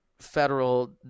federal